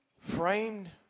framed